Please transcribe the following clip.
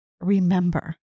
remember